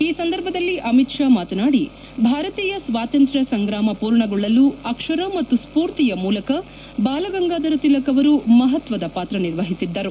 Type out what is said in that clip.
ಈ ಸಂದರ್ಭದಲ್ಲಿ ಅಮಿತ್ ಶಾ ಮಾತನಾಡಿ ಭಾರತೀಯ ಸ್ವಾತಂತ್ರ್ಯ ಸಂಗ್ರಾಮ ಪೂರ್ಣಗೊಳ್ಳಲು ಅಕ್ಷರ ಮತ್ತು ಸ್ಫೂರ್ತಿಯ ಮೂಲಕ ಬಾಲಗಂಗಾಧರ ತಿಲಕ್ ಅವರು ಮಹತ್ವದ ಪಾತ್ರ ನಿರ್ವಹಿಸಿದ್ದರು